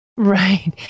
right